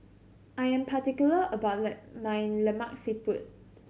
I am particular about the my Lemak Siput